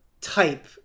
type